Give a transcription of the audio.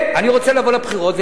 אני רוצה לבוא לבחירות,